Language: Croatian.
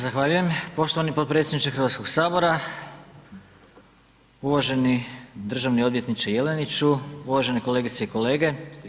Zahvaljujem poštovani podpredsjedniče Hrvatskog sabora, uvaženi državni odvjetniče Jeleniću, uvažene kolegice i kolege.